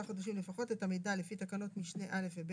חודשים לפחות את המידע לפי תקנות משנה (א) ו-(ב).